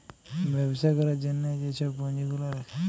ব্যবছা ক্যরার জ্যনহে যে ছব পুঁজি গুলা রাখে